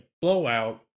blowout